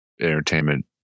entertainment